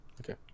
Okay